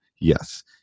yes